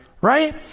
right